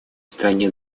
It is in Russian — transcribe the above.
стране